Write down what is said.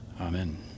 amen